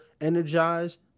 energized